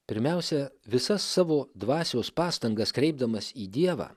pirmiausia visas savo dvasios pastangas kreipdamas į dievą